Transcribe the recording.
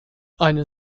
eine